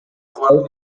glow